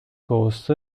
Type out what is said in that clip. coast